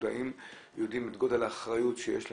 מודעים ויודעים את גודל האחריות שיש להם,